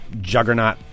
juggernaut